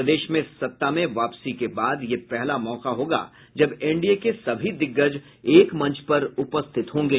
प्रदेश में सत्ता में वापसी के बाद यह पहला मौका होगा जब एनडीए के सभी दिग्गज एक मंच पर उपस्थित होंगे